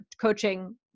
coaching